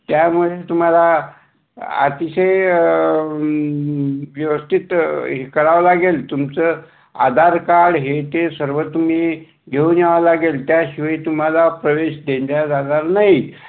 त्यामुळे तुम्हाला अतिशय व्यवस्थित हे करावं लागेल तुमचं आधार कार्ड हे ते सर्व तुम्ही घेऊन यावं लागेल त्याशिवाय तुम्हाला प्रवेश दिला जाणार नाही